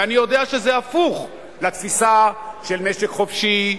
ואני יודע שזה הפוך לתפיסה של משק חופשי,